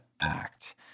act